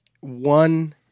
one